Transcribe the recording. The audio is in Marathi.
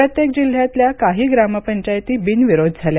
प्रत्येक जिल्ह्यातल्या काही ग्रामपंचायती या बिनविरोध झाल्या